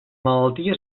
malaltia